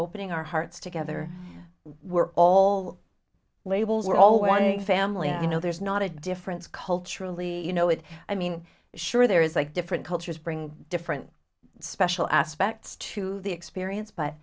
opening our hearts together we're all labels we're all watching family you know there's not a difference culturally you know it i mean sure there is like different cultures bring different special aspects to the experience but